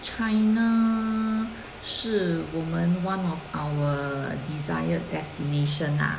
China 是我们 one of our desired destination ah